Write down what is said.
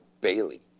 Bailey